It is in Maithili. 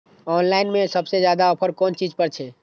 ऑनलाइन में सबसे ज्यादा ऑफर कोन चीज पर छे?